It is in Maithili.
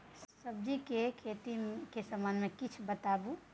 सब्जी के खेती के संबंध मे किछ बताबू?